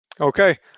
Okay